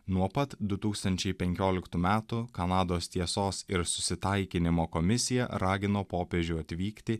nuo pat du tūkstančiai penkioliktų metų kanados tiesos ir susitaikinimo komisija ragino popiežių atvykti